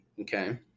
Okay